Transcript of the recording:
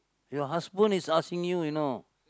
your husband is asking you you know